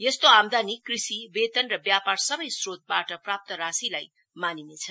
यस्तो आमदानी कृषिवेतनव्यापार सबै स्रोतबाट प्राप्त रिशिलाई मानिनेछ